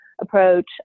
approach